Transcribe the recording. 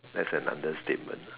that's an understatement